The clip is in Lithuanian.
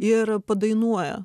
ir padainuoja